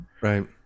right